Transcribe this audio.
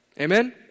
Amen